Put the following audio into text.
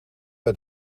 met